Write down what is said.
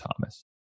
Thomas